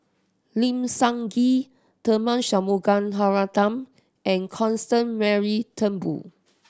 Lim Sun Gee Tharman Shanmugaratnam and Constance Mary Turnbull